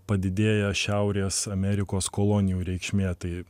padidėja šiaurės amerikos kolonijų reikšmė tai